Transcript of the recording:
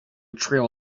trail